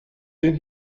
den